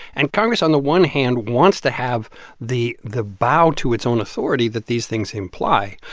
and congress, on the one hand, wants to have the the bow to its own authority that these things imply.